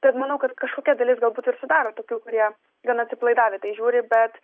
tad manau kad kažkokia dalis galbūt ir sudaro tokių kurie gan atsipalaidavę į tai žiūri bet